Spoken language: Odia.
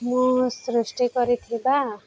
ମୁଁ ସୃଷ୍ଟି କରିଥିବା